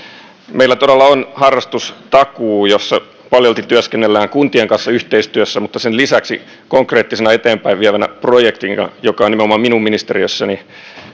meillä todella on harrastustakuu jossa paljolti työskennellään kuntien kanssa yhteistyössä mutta sen lisäksi konkreettisena eteenpäinvievänä projektina joka on nimenomaan minun ministeriössäni